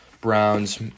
Browns